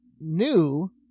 new